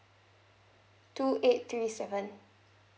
two eight three seven